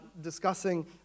discussing